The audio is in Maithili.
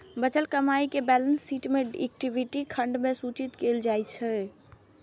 बचल कमाइ कें बैलेंस शीट मे इक्विटी खंड मे सूचित कैल जाइ छै